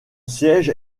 siège